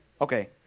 Okay